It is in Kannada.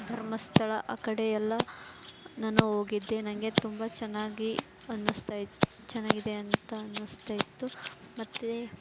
ಧರ್ಮಸ್ಥಳ ಆ ಕಡೆಯೆಲ್ಲ ನಾನೂ ಹೋಗಿದ್ದೆ ನನಗೆ ತುಂಬ ಚೆನ್ನಾಗಿ ಅನ್ನಿಸ್ತಾಯಿತ್ತು ಚೆನ್ನಾಗಿದೆ ಅಂತ ಅನ್ನಿಸ್ತಾಯಿತ್ತು ಮತ್ತು